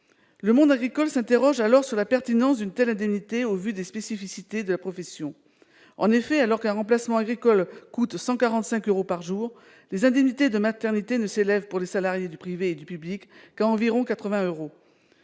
Le monde agricole s'interroge sur la pertinence d'une telle indemnité au vu des spécificités de la profession. En effet, alors qu'un remplacement agricole coûte 145 euros par jour, les indemnités de maternité ne s'élèvent, pour les salariés du privé et du public, qu'à 80 euros